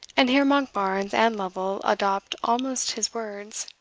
and here monkbarns and lovel adopt almost his words.